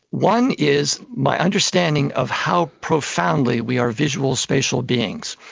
one is my understanding of how profoundly we are visual spatial beings.